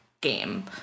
Game